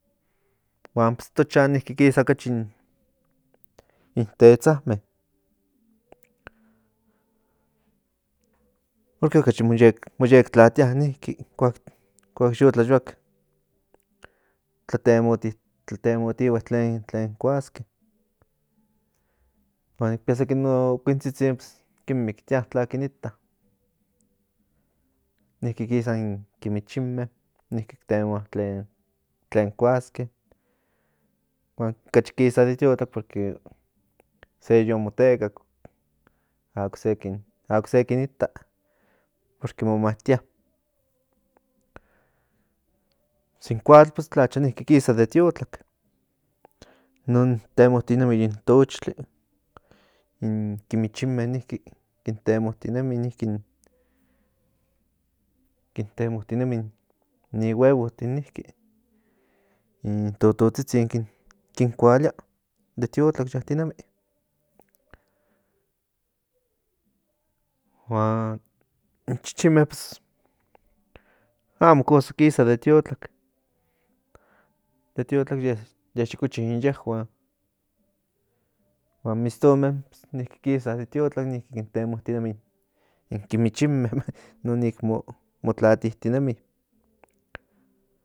Pues in yolkatsitsin den kate itek in atl más den i ni kin ixmati seki itoka ballenatin nonke nen huehuei yo nik kiitak ipan tele inkon yatinemi nen huehuei tlapoa nin kamak huan kin nenkua ocseki nen miek incon nen miek kinkua in michin yatinemi itek in atl maka yatinemi de nen mieke le ocseki mo chantia oksekan pero in yehuan niki yatinemi de ixmieke huan kuak kiahui nikan kuak o ni katka ni chochokotzin kuak o kiahuia o nen hueyaya in antepopolokame in nonke ot tocaya yin ranatin yo tlatlakatia nonke nen tsetsekuintinemi huan niki ke mo kuikatia tsekuini tlapoa nin kamak huan ni nenepil kikua ocseki yolkame de chokotzitzin huan niki hueya seki ocuilinme niki in nonke tlacha amo ki pía ni huesos san inkon yatinemi mo nen olinitinemi in non ka kan yo kia inkon ke nen tlatlakati niki huan kate mieke kan itek in atl kate ocseki itoka delfín in non mo kuikatia de kuakualtzin yo bueno ni kita non rápido nen yatinemi itek in atl de rápido mo olinitinemi huan mo kuikatia ke kin tsatsilia ocseki para ma yatinemikan nochtin incon paki huan kuak kita in personatin amitla kin chihuilia kuan tiburones pues in nonke kema nonke nen peligrosotin para in gentetin non kin kuakua kinkua porque huehuei ni tlanhuan kin pía huan nen chichikahui huan kuak kita aka pues rápido oran cuacuatihie kuakua porque amo mati tlen amo kin mahuilia huan amo cosa yatinemi tlatek maka kuak okachi cerca nadaroa aka deve xokitskia tla yo kiitak in ye tlakua huan niki in nokseki kikua huan niki yatinemi de mieke de iknime yatinemi nen mieke niki maka pues peligrosotin niki in nonke